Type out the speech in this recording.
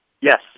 Yes